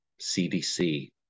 CDC